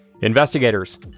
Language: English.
Investigators